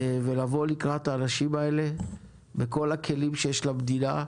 לבוא לקראת האנשים האלה בכל הכלים שיש למדינה,